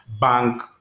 bank